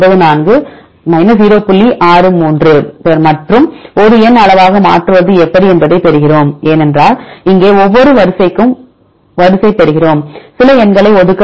63 மற்றும் ஒரு எண் அளவாக மாற்றுவது எப்படி என்பதைப் பெறுகிறோம் ஏனென்றால் இங்கே ஒவ்வொரு வரிசைக்கும் வரிசை பெறுகிறோம் சில எண்களை ஒதுக்க வேண்டும்